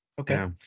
Okay